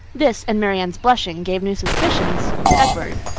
this, and marianne's blushing, gave new suspicions to edward.